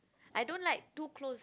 I don't like too close